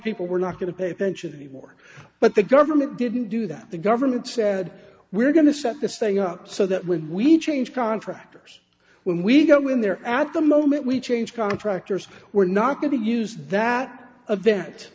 people we're not going to pay pensions anymore but the government didn't do that the government said we're going to set this thing up so that when we change contractors when we go in there at the moment we change contractors we're not going to use that